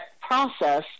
process